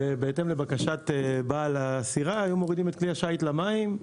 ובהתאם לבקשת בעל הסירה - היו מורידים את כלי השיט למים,